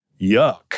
yuck